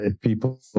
People